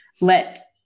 let